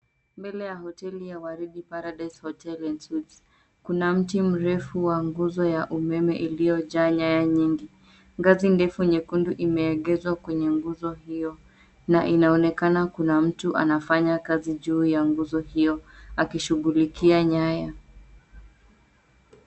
Mbele ya hoteli ya Waridi Paradise Hotel & Suites kuna mti mrefu wa nguzo ya umeme iliyojaa nyaya nyingi. Ngazi ndefu nyekundu imeegezwa kwenye nguzo hiyo na inaonekana kuna mtu anafanya kazi juu ya nguzo hiyo akishughulikia nyaya.